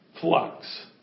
flux